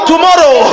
Tomorrow